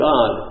God